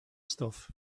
stuff